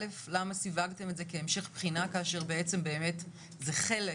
למה סיווגתם את זה כהמשך בחינה כאשר בעצם באמת זה חלק